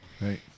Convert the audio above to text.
Right